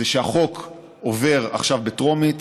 הסיכום היה שהחוק עובר עכשיו בטרומית,